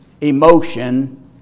emotion